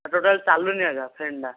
totally ଚାଲୁନି ଆଜ୍ଞା fan ଟା